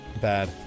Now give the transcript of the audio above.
bad